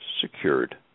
secured